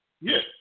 Yes